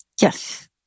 Yes